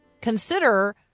consider